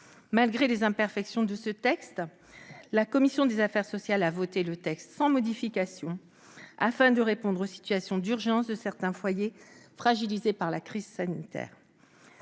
Malgré les imperfections qu'il contient, la commission des affaires sociales a voté le texte sans modification afin de répondre aux situations d'urgence de certains foyers fragilisés par la crise sanitaire.